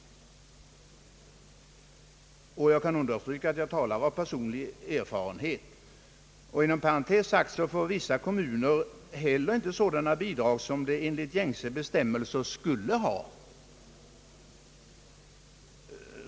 Jag vill understryka att jag härvidlag talar om personlig erfarenhet. Inom parentes sagt får vissa kommuner inte heller sådana bidrag som de enligt gängse bestämmelser skulle ha.